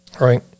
right